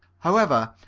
however,